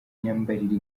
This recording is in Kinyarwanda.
imyambarire